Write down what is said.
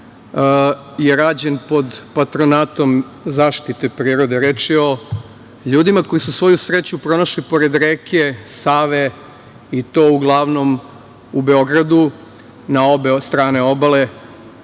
je rađen pod patronatom zaštite prirode. Reč je o ljudima koji su svoju sreću pronašli pored reke Save i to uglavnom u Beogradu na obe strane obale,